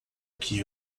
que